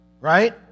right